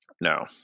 No